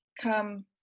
come